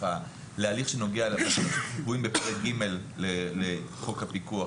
שנוגע --- בפרק ג' לחוק הפיקוח,